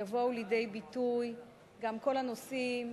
יבואו לידי ביטוי גם כל הנושאים,